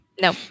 No